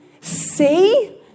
See